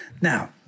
Now